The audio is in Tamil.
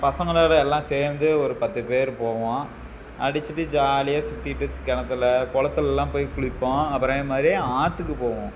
பசங்களோடு எல்லாம் சேர்ந்து ஒரு பத்து பேர் போவோம் அடிச்சுட்டு ஜாலியாக சுற்றிட்டு கிணத்துல குளத்துலல்லாம் போய் குளிப்போம் அப் அதே மாதிரி ஆற்றுக்கு போவோம்